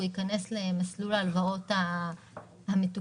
הוא יכנס למסלול ההלוואות המתוקצבות.